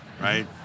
right